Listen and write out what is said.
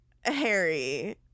Harry